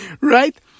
Right